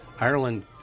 Ireland